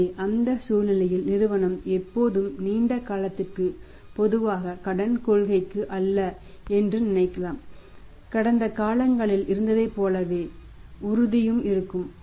எனவே அந்த சூழ்நிலையில் நிறுவனம் எப்போதுமே நீண்ட காலத்திற்கு பொதுவாக கடன் கொள்கைக்கு அல்ல என்று நினைக்கலாம் கடந்த காலங்களில் இருந்ததைப் போலவே உறுதியும் இருக்கும்